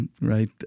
Right